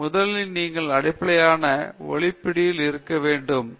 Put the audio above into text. முதல் நீங்கள் அடிப்படைகளை ஒலி பிடியில் இருக்க வேண்டும் மிக மிக முக்கியமான